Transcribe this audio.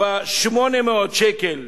ב-800 שקלים